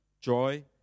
joy